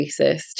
racist